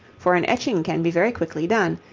for an etching can be very quickly done,